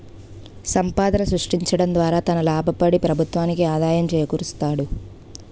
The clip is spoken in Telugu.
సంపాదన సృష్టించడం ద్వారా తన లాభపడి ప్రభుత్వానికి ఆదాయం చేకూరుస్తాడు